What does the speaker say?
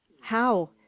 How